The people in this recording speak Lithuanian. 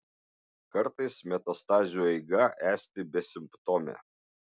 kartais metastazių eiga esti besimptomė